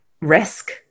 risk